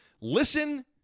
Listen